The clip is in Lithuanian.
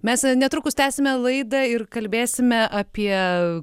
mes netrukus tęsime laidą ir kalbėsime apie